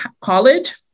college